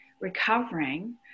recovering